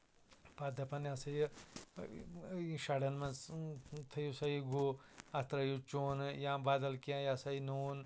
پَتہٕ دَپان یا سا یہِ یہِ شَڈَن منٛز تھٲوِو سا یہِ گُہہ اَتھ ترٛٲوِو چوٗنہٕ یا بدل کیٚنٛہہ یا سا یہِ نوٗن